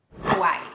Hawaii